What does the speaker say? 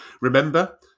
Remember